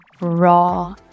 raw